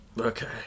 Okay